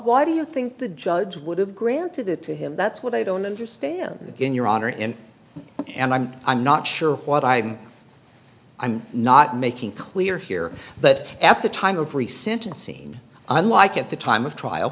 why do you think the judge would have granted it to him that's what i don't understand again your honor and and i'm i'm not sure what i'm i'm not making clear here but at the time of recent unseen unlike at the time of trial